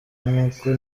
nkuko